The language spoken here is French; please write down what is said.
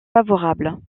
favorables